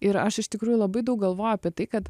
ir aš iš tikrųjų labai daug galvoju apie tai kad